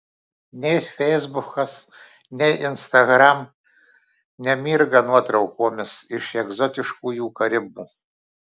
nei feisbukas nei instagram nemirga nuotraukomis iš egzotiškųjų karibų